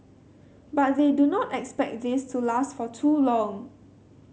but they do not expect this to last for too long